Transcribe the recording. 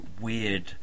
weird